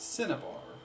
Cinnabar